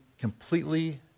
completely